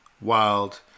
wild